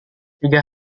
tiga